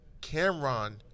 Cameron